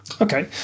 Okay